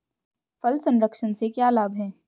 फल संरक्षण से क्या लाभ है?